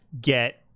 get